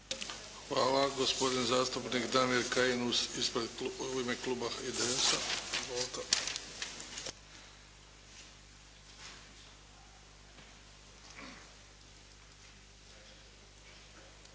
Hvala. Gospodin zastupnik Damir Kajin ispred kluba IDS-a.